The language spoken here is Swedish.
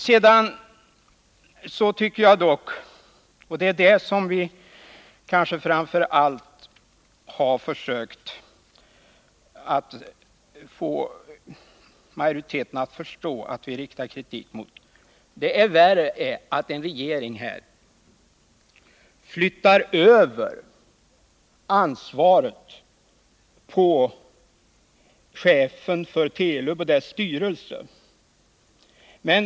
Sedan tycker jag dock — och det är kanske framför allt det som vi har försökt att få majoriteten att förstå att vi riktar kritiken mot — att det är värre att en regering här flyttar över ansvaret på chefen för Telub och på dess styrelse.